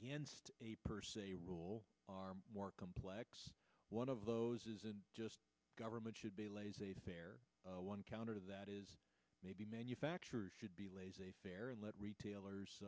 against a per se rule are more complex one of those isn't just government should be laissez faire one counter to that is maybe manufacturers should be laissez faire and let retailers